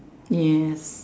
yes